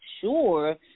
sure